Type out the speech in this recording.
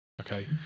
Okay